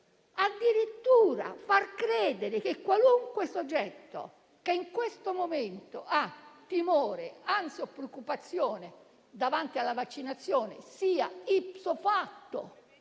detto, far credere che qualunque soggetto che in questo momento ha timore, ansia o preoccupazione davanti alla vaccinazione sia *ipso facto*